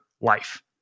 life